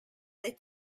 they